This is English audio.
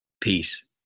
Peace